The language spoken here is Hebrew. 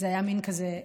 זה היה מין כזה,